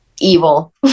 evil